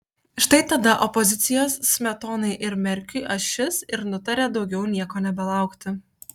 štai tada opozicijos smetonai ir merkiui ašis ir nutarė daugiau nieko nebelaukti